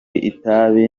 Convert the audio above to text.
itabi